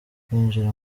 kwinjira